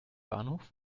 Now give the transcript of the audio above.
bahnhof